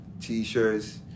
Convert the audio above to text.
t-shirts